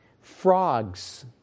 frogs